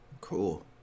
Cool